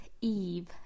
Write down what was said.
Eve